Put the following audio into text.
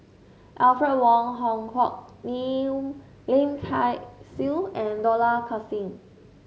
Alfred Wong Hong Kwok Liu Lim Kay Siu and Dollah Kassim